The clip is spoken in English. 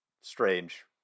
strange